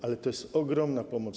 Ale to jest ogromna pomoc.